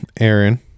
aaron